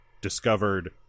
discovered